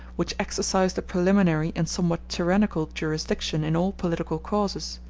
which exercised a preliminary and somewhat tyrannical jurisdiction in all political causes.